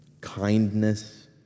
kindness